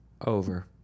over